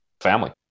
family